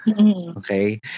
Okay